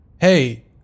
Hey